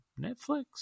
netflix